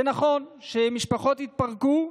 זה נכון שמשפחות התפרקו,